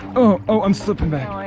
oh, i'm slipping back.